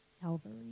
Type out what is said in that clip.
Calvary